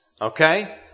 Okay